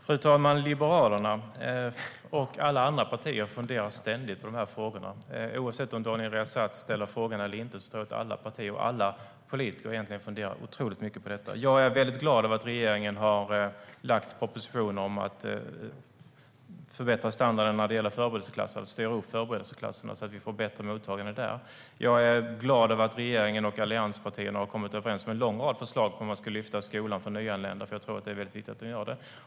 Fru talman! Liberalerna och alla andra partier funderar ständigt på dessa frågor. Oavsett om Daniel Riazat ställer frågan eller inte funderar alla politiker otroligt mycket på detta. Jag är väldigt glad över att regeringen har lagt fram en proposition om att förbättra standarden när det gäller förberedelseklasser så att vi får bättre mottagning där. Jag är glad över att regeringen och allianspartierna har kommit överens om en lång rad förslag om hur man ska förbättra skolan för nyanlända. Det är väldigt viktigt.